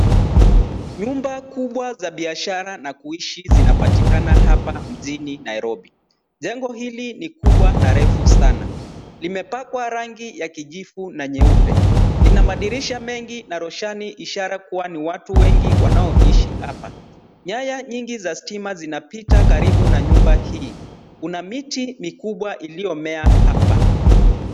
Nyumba kubwa za biashara na kuishi zinapatikana hapa mjini Nairobi. Jengo hili ni kubwa na refu sana. Limepakwa rangi ya kijivu na nyeupe. Lina madirisha mengi na roshani ishara kuwa ni watu wengi wanaoishi apa. Nyaya nyingi za stima zinapita karibu na nyumba hii. Kuna miti mikubwa iliyomea apa.